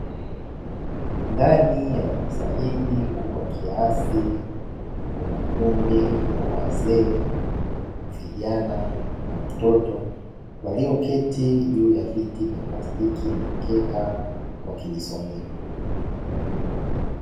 Ndani ya darasa hili kubwa kiasi, kuna kundi la wazee, vijana na watoto walioketi juu ya viti vya plastiki na mkeka wakijisomea.